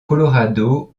colorado